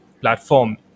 platform